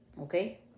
okay